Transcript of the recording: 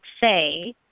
say